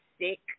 Sick